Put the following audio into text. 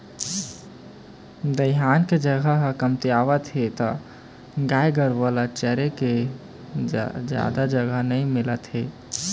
दइहान के जघा ह कमतियावत हे त गाय गरूवा ल चरे के जादा जघा नइ मिलत हे